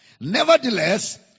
Nevertheless